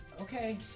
Okay